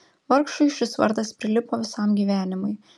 vargšui šis vardas prilipo visam gyvenimui